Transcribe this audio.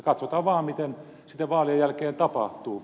katsotaan vaan mitä sitten vaalien jälkeen tapahtuu